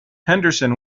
henderson